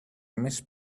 miss